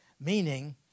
meaning